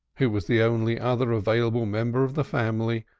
who was the only other available member of the family,